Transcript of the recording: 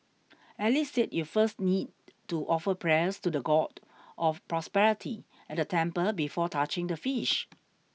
Alice said you first need to offer prayers to the God of Prosperity at the temple before touching the fish